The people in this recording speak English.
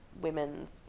women's